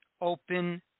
Open